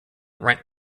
rent